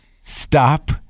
Stop